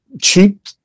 cheap